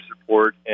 support